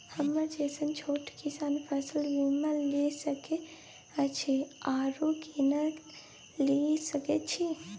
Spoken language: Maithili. हमरा जैसन छोट किसान फसल बीमा ले सके अछि आरो केना लिए सके छी?